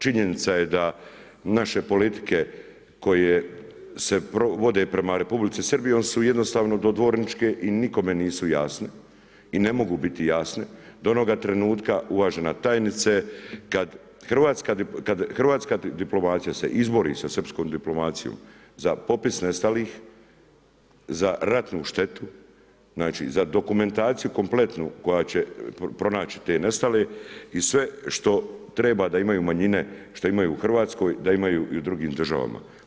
Činjenica je da naše politike koje se vode prema Republici Srbiji one su jednostavno dodvorničke i nikome nisu jasne i ne mogu biti jasne do onoga trenutka, uvažena tajnice, kad hrvatska diplomacija se izbori sa srpskom diplomacijom za popis nestalih, za ratnu štetu, znači za dokumentaciju kompletnu koja će pronaći te nestale i sve što treba da imaju manjine, što imaju u Hrvatskoj, da imaju i u drugim državama.